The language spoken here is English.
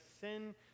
sin